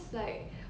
ya